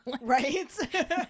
Right